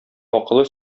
акылы